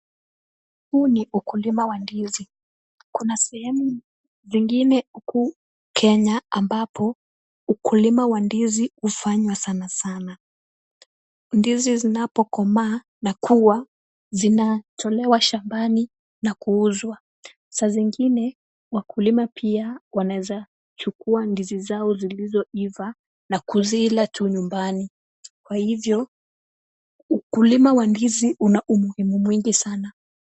Huu ni ukulima wa ndizi. Kuna sehemu zingine huku Kenya ambapo ukulima wa ndizi hufanywa sanasana. Ndizi zinapokomaa na kuwa, zinatolewa shambani na kuuzwa. Saa zingine, wakulima pia wanaweza chukua ndizi zao zilizoiva na kuzila tu nyumbani. Kwa hivyo, ukulima wa ndizi una umuhimu mwingi sana.